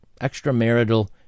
extramarital